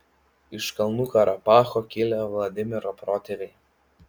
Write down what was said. iš kalnų karabacho kilę vladimiro protėviai